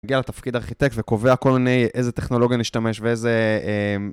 מגיע לתפקיד ארכיטקט וקובע כל מיני, איזה טכנולוגיה נשתמש ואיזה...